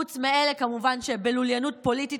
כמובן חוץ מאלה שבלוליינות פוליטית,